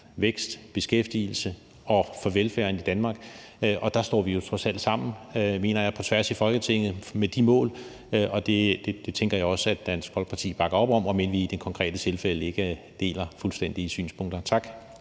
vækst og beskæftigelse. De mål står vi jo trods alt sammen om, mener jeg, på tværs af Folketinget. Det tænker jeg også at Dansk Folkeparti bakker op om, om end vi i det konkrete tilfælde ikke fuldstændig deler synspunkter. Tak.